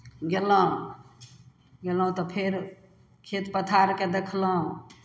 गयलहुँ गयलहुँ तऽ फेर खेत पथारकेँ देखलहुँ